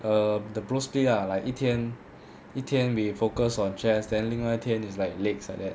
err the rules stay lah like 一天一天 we focus on chest then 另外一天 it's like legs like that